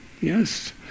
Yes